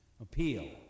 appeal